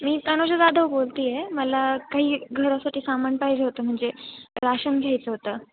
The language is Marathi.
मी तनुजा जाधव बोलते आहे मला काही घरासाठी सामान पाहिजे होतं म्हणजे राशन घ्यायचं होतं